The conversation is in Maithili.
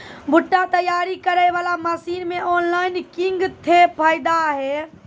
भुट्टा तैयारी करें बाला मसीन मे ऑनलाइन किंग थे फायदा हे?